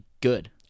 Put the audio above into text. good